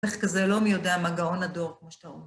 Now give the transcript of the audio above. איך כזה לא מי יודע מה גאון הדור, כמו שאתה אומר.